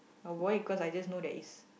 I wore it cause I just know that is